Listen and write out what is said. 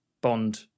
Bond